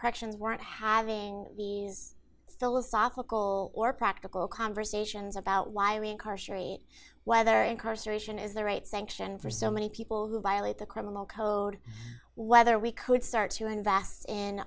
corrections weren't having these philosophical or practical conversations about why we incarcerate whether incarceration is the right sanction for so many people who violate the criminal code whether we could start to invest in